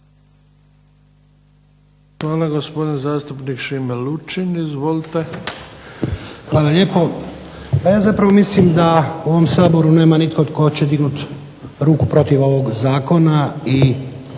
Hvala. Gospodin zastupnik Šime Lučin. Izvolite. **Lučin, Šime (SDP)** Hvala lijepo. Pa ja zapravo mislim da u ovom Saboru nema nitko tko će dignuti ruku protiv ovog zakona, i